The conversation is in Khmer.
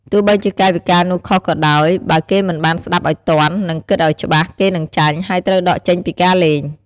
ទោះបីជាកាយវិការនោះខុសក៏ដោយ បើគេមិនបានស្ដាប់ឱ្យទាន់ និងគិតឱ្យច្បាស់ គេនឹងចាញ់ ហើយត្រូវដកចេញពីការលេង។